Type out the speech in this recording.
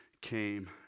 came